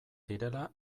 direla